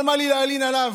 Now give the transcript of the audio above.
אבל מה לי להלין עליו